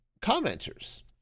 commenters